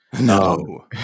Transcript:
No